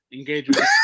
Engagement